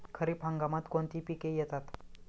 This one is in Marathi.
खरीप हंगामात कोणती पिके येतात?